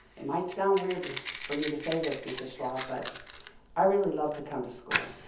it might sound weird for me to say this, mrs. schwab, but i really love to come to school,